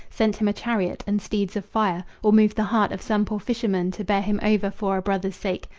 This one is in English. sent him a chariot and steeds of fire, or moved the heart of some poor fisherman to bear him over for a brother's sake?